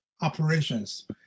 operations